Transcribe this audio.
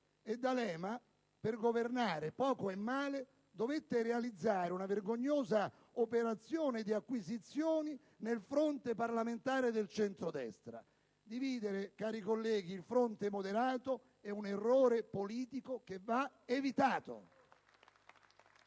E D'Alema, per governare poco e male, dovette realizzare una vergognosa operazione di acquisizioni nel fronte parlamentare del centrodestra. Dividere, cari colleghi, il fronte moderato è un errore politico che va evitato.